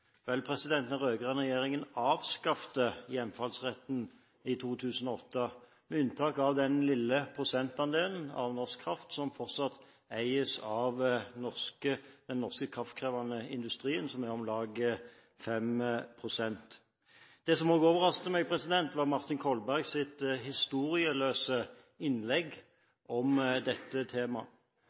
Vel, den rød-grønne regjeringen avskaffet hjemfallsretten i 2008, med unntak av den lille prosentandelen av norsk kraft som fortsatt eies av den norske kraftkrevende industrien, om lag 5 pst. Det som også overrasket meg, var Martin Kolbergs historieløse innlegg om dette temaet.